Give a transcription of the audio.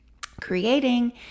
creating